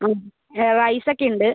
റൈസൊക്കെ ഉണ്ട്